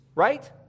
right